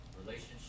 relationship